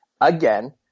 again